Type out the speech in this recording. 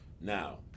Now